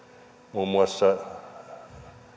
muun muassa